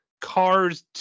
Cars